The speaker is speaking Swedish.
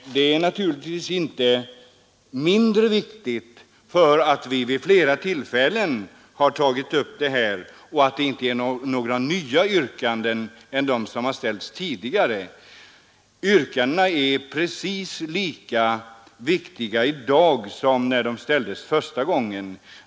Frågan är vidare naturligtvis inte mindre viktig därför att vi tagit upp den vid flera tidigare tillfällen och inte har några andra yrkanden än de som har ställts förut. Yrkandena är precis lika viktiga i dag som när de ställdes första gången.